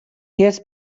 has